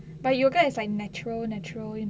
but yoga is like metro natural you know